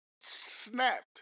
Snapped